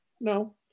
No